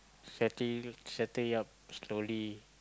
setting setting up slowly